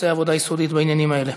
שעושה עבודה יסודית בעניינים האלה.